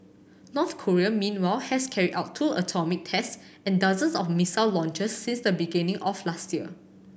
North Korea meanwhile has carried out two atomic tests and dozens of missile launches since the beginning of last year